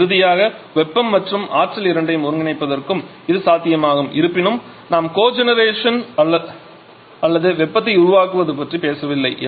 இறுதியாக வெப்பம் மற்றும் ஆற்றல் இரண்டையும் ஒருங்கிணைப்பதற்கும் இது சாத்தியமாகும் இருப்பினும் நாம் கோஜெனரேஷன் அல்லது வெப்பத்தை உருவாக்குவது பற்றி பேசவில்லை